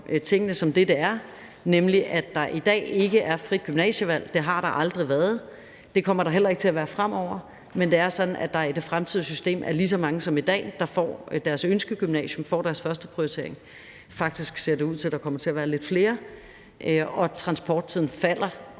tingene, sådan som de er, nemlig at der i dag ikke er frit gymnasievalg. Det har der aldrig været, og det kommer der heller ikke til at være fremover, men det er sådan, at der i det fremtidige system vil være lige så mange, som der er i dag, der kommer på deres ønskegymnasium og får deres førsteprioritet. Faktisk ser det ud til, at der kommer til at være lidt flere, og transporttiden falder